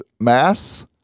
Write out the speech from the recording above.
mass